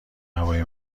هوای